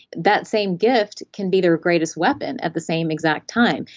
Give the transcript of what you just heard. that same gift can be their greatest weapon at the same exact time.